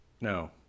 No